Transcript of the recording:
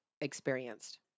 experienced